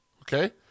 okay